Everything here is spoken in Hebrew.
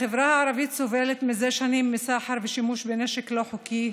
החברה הערבית סובלת מזה שנים מסחר ושימוש בנשק לא חוקי,